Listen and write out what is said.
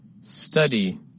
Study